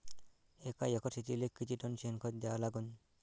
एका एकर शेतीले किती टन शेन खत द्या लागन?